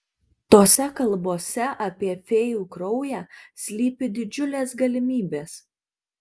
tose kalbose apie fėjų kraują slypi didžiulės galimybės